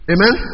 Amen